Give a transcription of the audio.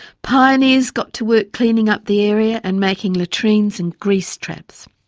pioneers got to work cleaning up the area and making latrines and grease traps.